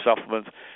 supplements